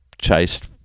chased